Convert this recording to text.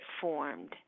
formed